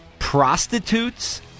prostitutes